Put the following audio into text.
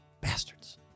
bastards